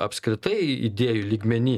apskritai idėjų lygmeny